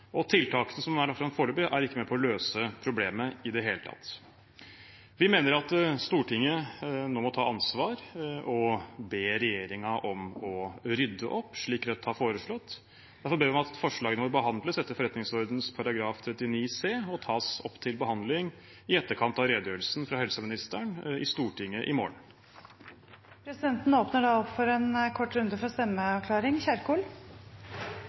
og tiltakene som er lagt fram foreløpig, er ikke med på å løse problemet i det hele tatt. Vi mener at Stortinget nå må ta ansvar og be regjeringen om å rydde opp, slik Rødt har foreslått. Derfor ber vi om at forslagene må behandles etter forretningsordenen § 39 annet ledd bokstav c og tas opp til behandling i etterkant av helseministerens redegjørelse i Stortinget i morgen. Presidenten åpner opp for en kort runde